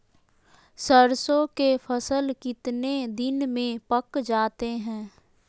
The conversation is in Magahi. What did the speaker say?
सरसों के फसल कितने दिन में पक जाते है?